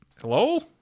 Hello